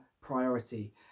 priority